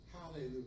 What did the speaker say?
Hallelujah